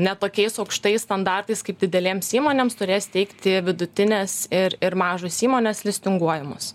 ne tokiais aukštais standartais kaip didelėms įmonėms turės teikti vidutinės ir ir mažos įmonės listinguojamos